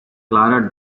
clara